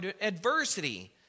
adversity